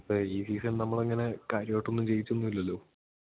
ഇപ്പം ഈ സീസൺ നമ്മൾ അങ്ങനെ കാര്യമായിട്ടൊന്നും ജയിച്ചൊന്നും ഇല്ലല്ലോ